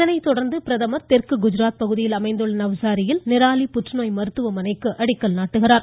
இதனைத் தொடர்ந்து பிரதமர் தெற்கு குஜராத் பகுதியில் அமைந்துள்ள நவ்ஸாரியில் நிராலி புற்றுநோய் மருத்துவமனைக்கு அடிக்கல் நாட்டுகிறார்